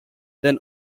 then